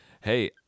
hey